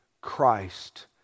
Christ